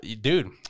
dude